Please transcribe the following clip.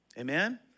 Amen